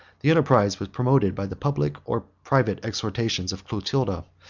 the enterprise was promoted by the public or private exhortations of clotilda.